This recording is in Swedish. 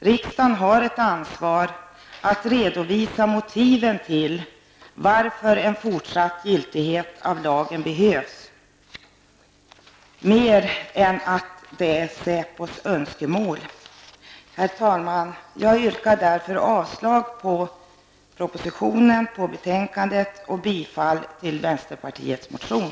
Riksdagen har ett ansvar att redovisa motiven för behoven av en fortsatt giltighet av lagen, utöver motivet att det är SÄPOs önskemål. Herr talman! Jag yrkar därmed avslag på propositionen och betänkandet och bifall till vänsterpartiets motion.